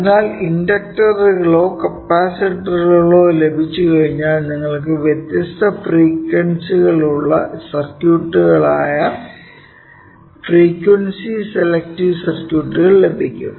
അതിനാൽ ഇൻഡക്ടറുകളോ കപ്പാസിറ്ററുകളോ ലഭിച്ചുകഴിഞ്ഞാൽ നിങ്ങൾക്ക് വ്യത്യസ്ത ഫ്രീക്വൻസികളുമുള്ള സർക്യൂട്ടുകളായ ഫ്രീക്വൻസി സെലക്ടീവ് സർക്യൂട്ടുകൾ ലഭിക്കും